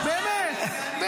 לא,